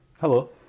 Hello